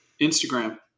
Instagram